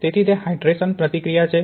તેથી તે હાઇડ્રેશન પ્રતિક્રિયા છે